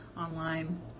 online